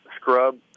scrub